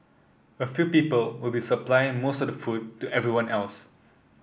a few people will be supplying most of the food to everyone else